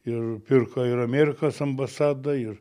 ir pirko ir amerikos ambasada ir